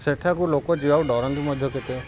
ସେଠାକୁ ଲୋକ ଯିବା ଡ଼ରନ୍ତି ମଧ୍ୟ କେତେ